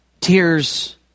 Tears